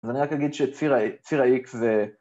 ואני רק אגיד שציר האיקס זה...